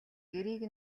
гэрийг